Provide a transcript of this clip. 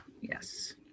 Yes